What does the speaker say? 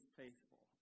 faithful